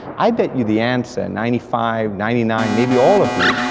i bet you the answer, ninety five, ninety nine, maybe all of you,